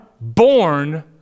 born